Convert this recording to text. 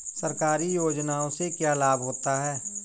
सरकारी योजनाओं से क्या क्या लाभ होता है?